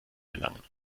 gelangen